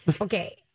Okay